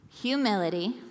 humility